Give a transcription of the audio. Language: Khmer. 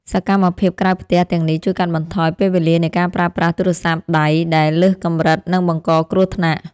សកម្មភាពក្រៅផ្ទះទាំងនេះជួយកាត់បន្ថយពេលវេលានៃការប្រើប្រាស់ទូរស័ព្ទដៃដែលលើសកម្រិតនិងបង្កគ្រោះថ្នាក់។